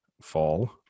fall